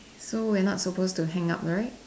so we're not supposed to hang up right